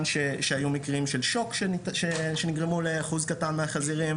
שהיו מקרים של שוק שנגרמו לאחוז קטן מהחזירים,